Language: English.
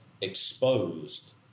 exposed